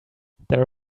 there